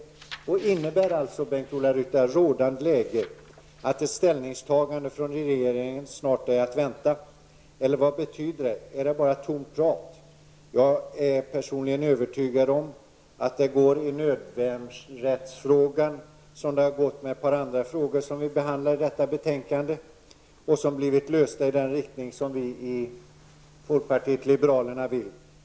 Rådande läge innebär således, Bengt-Ola Ryttar, att ett ställningstagande från regeringen snart är att vänta. Eller är det bara tomt prat? Jag är personligen övertygad om att det går i nödvärnsrättsfrågan som det har gått i ett par andra frågor som behandlas i detta betänkande. De har lösts på ett sätt som vi i folkpartiet liberalerna har önskat.